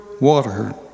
water